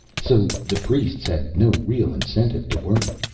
so, the priests had no real incentive to work,